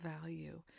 value